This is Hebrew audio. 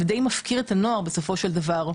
ודי מפקיר את הנוער בסופו של דבר.